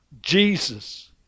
Jesus